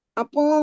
apo